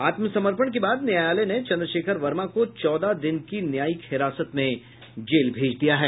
आत्मसमर्पण के बाद न्यायालय ने चंद्रशेखर वर्मा को चौदह दिन की न्यायिक हिरासत में जेल भेज दिया है